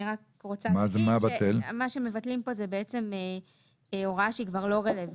מה שמבטלים פה זו הוראה שהיא כבר לא רלוונטית,